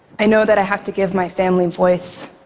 i know that i have to give my family voice,